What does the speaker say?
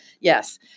yes